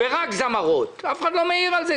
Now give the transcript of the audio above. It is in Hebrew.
ומשתתפות בו רק זמרות אף אחד לא מעיר על זה.